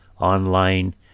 online